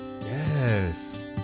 yes